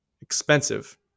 Expensive